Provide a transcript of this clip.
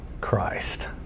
Christ